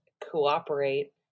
cooperate